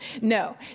no